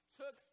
took